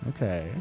Okay